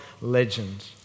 legend